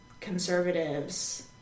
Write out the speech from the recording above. conservatives